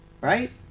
right